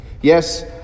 Yes